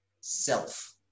self